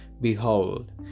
Behold